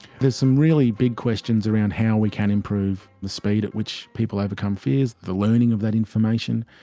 there's some really big questions around how we can improve the speed at which people overcome fears, the learning of that information.